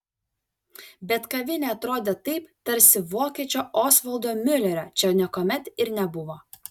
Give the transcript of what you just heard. bet kavinė atrodė taip tarsi vokiečio osvaldo miulerio čia niekuomet ir nebuvo